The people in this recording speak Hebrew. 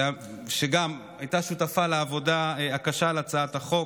שגם הייתה שותפה לעבודה הקשה על הצעת החוק,